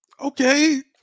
Okay